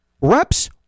reps